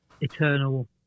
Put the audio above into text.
eternal